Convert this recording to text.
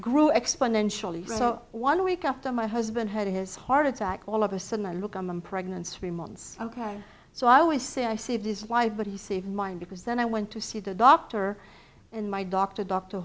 grew exponentially so one week after my husband had his heart attack all of a sudden i look i'm i'm pregnancy three months ok so i always say i saved his life but he saved mine because then i went to see the doctor and my doctor dr